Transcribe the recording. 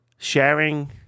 Sharing